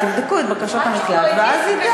תבדקו את בקשות המקלט, עד שהוא,